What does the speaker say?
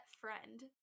friend